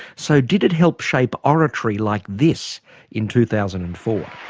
so did it help shape oratory like this in two thousand and four?